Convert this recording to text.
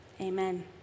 amen